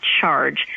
charge